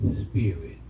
spirit